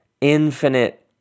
infinite